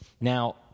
Now